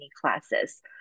classes